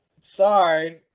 Sorry